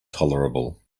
tolerable